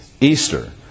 Easter